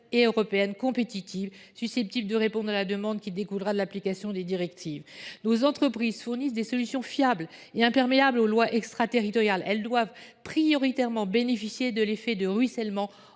européenne compétitive, susceptible de répondre à la demande qui découlera de l’application des directives. Nos entreprises fournissent des solutions fiables et imperméables aux lois extraterritoriales. Elles doivent prioritairement bénéficier de l’effet de ruissellement